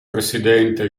presidente